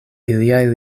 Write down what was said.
liaj